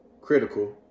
critical